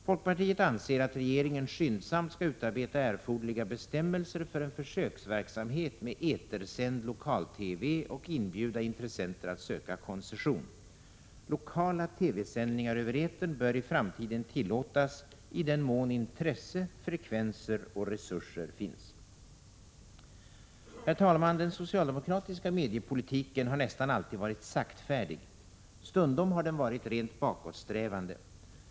Folkpartiet anser att regeringen skyndsamt skall utarbeta erforderliga bestämmelser för en försöksverksamhet med etersänd lokal-TV och inbjuda intressenter att söka koncession. Lokala TV-sändningar över etern bör i framtiden tillåtas i den mån intresse, frekvenser och resurser finns. Herr talman! Den socialdemokratiska mediepolitiken har nästan alltid varit saktfärdig. Stundom har den varit rent bakåtsträvande.